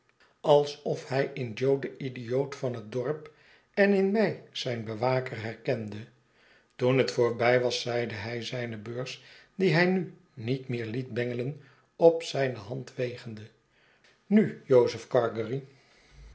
alsof hij in jo den idioot van het dorp en in mij zijn bewaker herkende toen het voorbij was zeide hij zijne beurs die hij nu niet meer liet bengelen op zijne hand wegende nu jozef gargery